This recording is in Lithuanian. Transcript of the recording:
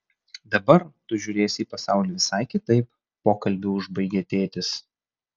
dabar tu žiūrėsi į pasaulį visai kitaip pokalbį užbaigė tėtis